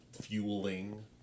fueling